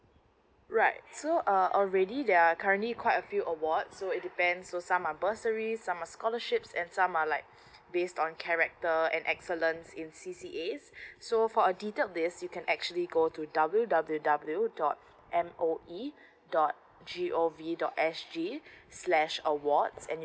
right so uh already there are currently quite a few award so it depends so some are bursary some are scholarships and some are like based on character and excellence in C_C_A so for a detail list you can actually go to w w w dot M O E dot g o v dot s g slash awards and